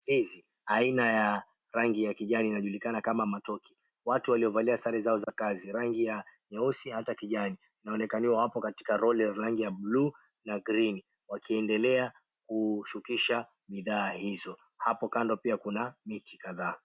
Ndizi aina ya rangi ya kijani inajulikana kama matoke. Watu waliovalia sare zao za kazi rangi ya nyeusi, hata kijani. Wanaonekaniwa wako katika lori ya rangi ya buluu na green wakiendelea kushukisha bidhaa hizo. Hapo kando pia kuna miti kadhaa.